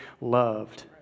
loved